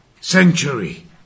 century